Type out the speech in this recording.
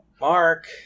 Mark